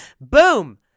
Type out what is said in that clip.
Boom